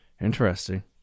Interesting